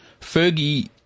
Fergie